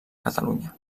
catalunya